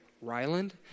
Ryland